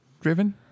driven